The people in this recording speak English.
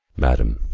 madam,